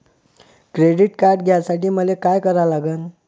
Credit card घ्यासाठी मले का करा लागन?